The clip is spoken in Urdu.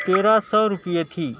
تیرہ سو روپئے تھی